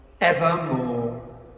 evermore